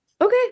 okay